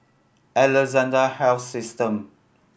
Alexandra Health System